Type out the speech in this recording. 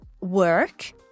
work